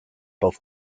both